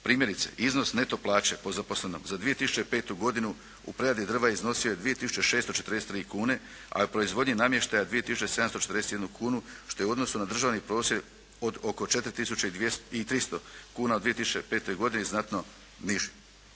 Primjerice, iznos neto plaće po zaposlenom za 2005. godinu u preradi drva iznosio je 2643 kune, a u proizvodnji namještaja 2741 kunu što je u odnosu na državni prosjek od oko 4300 kuna u 2005. godini znatno niži.